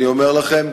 אני אומר לכם,